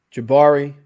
Jabari